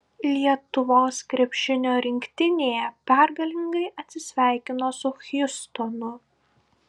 lietuvos krepšinio rinktinė pergalingai atsisveikino su hjustonu